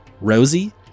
Rosie